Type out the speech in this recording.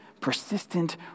persistent